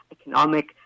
economic